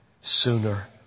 sooner